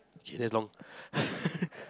okay that's long